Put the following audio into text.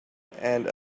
and